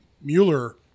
Mueller